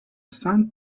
sun